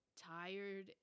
tired